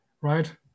right